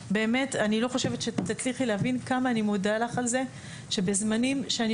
אני לא חושבת שתצליחי להבין כמה אני מודה לך על זה שבזמנים כאלה ואני